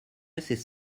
assez